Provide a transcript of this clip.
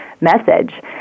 message